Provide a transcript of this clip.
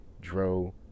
dro